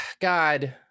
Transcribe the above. God